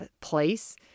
place